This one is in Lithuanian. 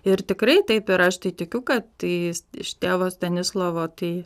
ir tikrai taip ir aš tai tikiu kad tai iš tėvo stanislovo tai